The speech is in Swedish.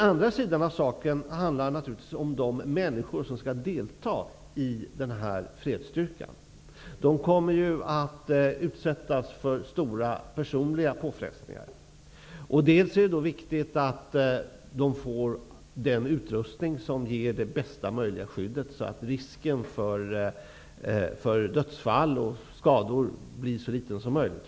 För det andra handlar det om de människor som skall delta i denna fredsstyrka. De kommer ju att utsättas för stora personliga påfrestningar. Dels är det viktigt att personalen får den utrustning som ger det bästa möjliga skyddet, så att risken för dödsfall och skador blir så liten som möjligt.